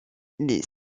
les